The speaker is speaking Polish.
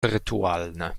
rytualne